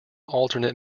alternate